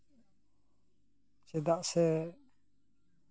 ᱪᱮᱫᱟᱜ ᱥᱮ